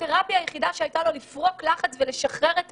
התרפיה היחידה שהייתה לו לפרוק לחץ ולשחרר את